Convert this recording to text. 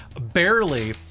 barely